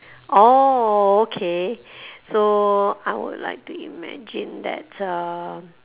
orh okay so I would like to imagine that uh